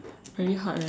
very hard leh